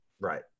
Right